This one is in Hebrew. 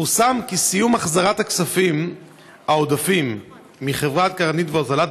פורסם כי סיום החזרת הכספים העודפים מחברת קרנית והוזלת